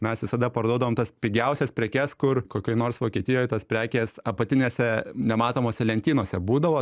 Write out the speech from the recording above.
mes visada parduodavom tas pigiausias prekes kur kokioj nors vokietijoj tos prekės apatinėse nematomose lentynose būdavo